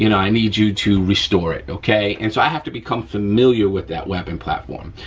you know i need you to restore it, okay? and so i have to become familiar with that weapon platform.